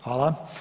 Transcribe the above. Hvala.